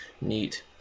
neat